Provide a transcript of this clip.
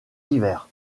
divers